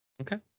Okay